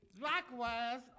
likewise